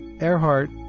Earhart